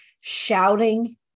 shouting